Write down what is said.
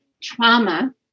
trauma